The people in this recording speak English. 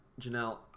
Janelle